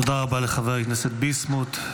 תודה רבה לחבר הכנסת ביסמוט.